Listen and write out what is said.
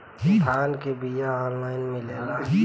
धान के बिया ऑनलाइन मिलेला?